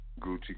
Gucci